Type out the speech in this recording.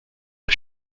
are